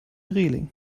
reling